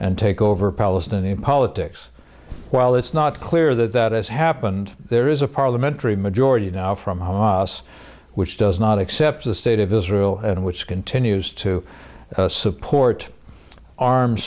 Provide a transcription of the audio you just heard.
and take over palestinian politics while it's not clear that that has happened there is a parliamentary majority now from hamas which does not accept the state of israel and which continues to support arms